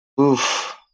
Oof